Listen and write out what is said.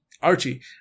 archie